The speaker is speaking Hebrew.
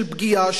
של פגיעה,